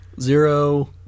Zero